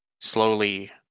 slowly